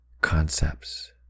concepts